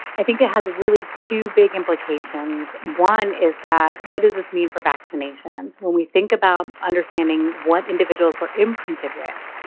i think it has really two big implications. one is that what does this mean for vaccination? when we think about understanding what individuals were imprinted with,